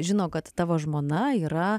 žino kad tavo žmona yra